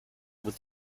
with